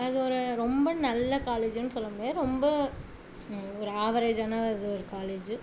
அது ஒரு ரொம்ப நல்ல காலேஜின்னு சொல்ல முடியாது ரொம்ப ஒரு ஆவரேஜான இது ஒரு காலேஜு